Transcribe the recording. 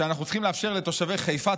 שאנחנו צריכים לאפשר לתושבי חיפה,